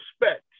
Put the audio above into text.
respect